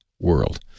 world